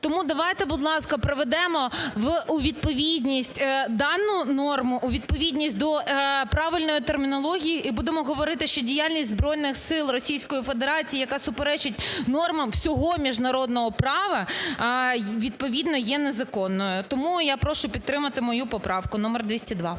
Тому давайте, будь ласка, приведемо у відповідність дану норму, у відповідність до правильно термінології і будемо говорити, що діяльність Збройних сил Російської Федерації, яка суперечить нормам всього міжнародного права, відповідно є незаконною. Тому я прошу підтримати мою поправку номер 202.